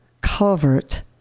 culvert